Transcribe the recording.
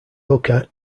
hooker